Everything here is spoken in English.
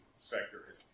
sector